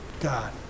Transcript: God